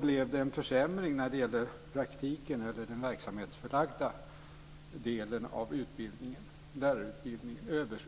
blev det en försämring när det gäller praktiken, eller den verksamhetsförlagda delen av lärarutbildningen.